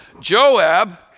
Joab